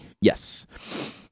Yes